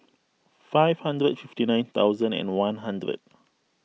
five hundred fifty nine thousand and one hundred